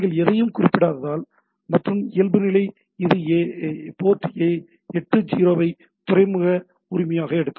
நீங்கள் எதையும் குறிப்பிடாததால் மற்றும்இயல்புநிலையாக இது போர்ட் 80 ஐ துறைமுக உரிமையாக எடுக்கும்